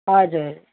हजुर